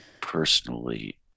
personally